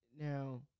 Now